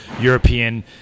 European